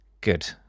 Good